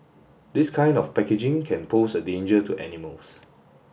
this kind of packaging can pose a danger to animals